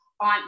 on